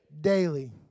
Daily